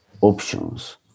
options